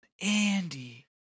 Andy